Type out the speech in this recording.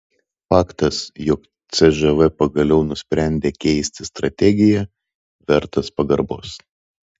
faktas jog cžv pagaliau nusprendė keisti strategiją vertas pagarbos